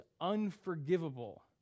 unforgivable